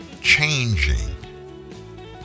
changing